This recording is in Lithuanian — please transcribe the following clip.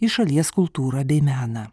į šalies kultūrą bei meną